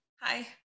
Hi